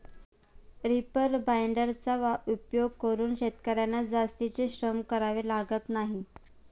reaper बाइंडर्सचा उपयोग करून शेतकर्यांना जास्तीचे श्रम करावे लागत नाही